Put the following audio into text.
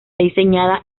diseñada